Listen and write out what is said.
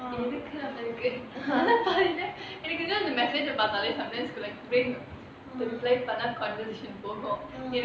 எதுக்கு நமக்கு எனக்கு அந்த:edhuku namaku enaku antha message ah பார்த்தாலே:paarthalae sometimes got like ring to reply பண்ணா கண்ணு போகும்:pannaa kannu pogum